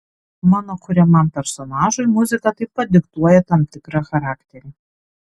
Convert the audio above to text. mano kuriamam personažui muzika taip pat diktuoja tam tikrą charakterį